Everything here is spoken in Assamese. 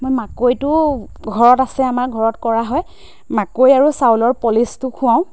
মই মাকৈটো ঘৰত আছে আমাৰ ঘৰত কৰা হয় মাকৈ আৰু চাউলৰ পলিচটো খুৱাওঁ